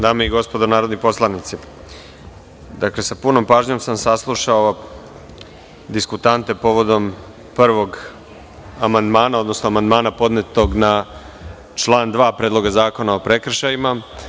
Dame i gospodo narodni poslanici, sa punom pažnjom sam saslušao diskutante prvog amandmana, odnosno amandmana podnetog na član 2. Predloga zakona o prekršajima.